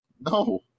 No